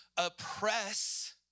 Oppress